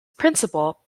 principal